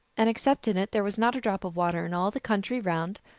and except in it there was not a drop of water in all the country round,